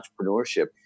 entrepreneurship